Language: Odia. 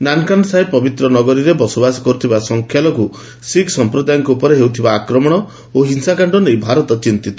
ନାନକାନା ସାହେବ ପବିତ୍ର ନଗରୀରେ ବସବାସ କରୁଥିବା ସଂଖ୍ୟାଲଘୁ ଶିଖ ସମ୍ପ୍ରଦାୟଙ୍କ ଉପରେ ହେଉଥିବା ଆକ୍ରମଣ ଓ ହିଂସାକାଣ୍ଡ ନେଇ ଭାରତ ଚିନ୍ତିତ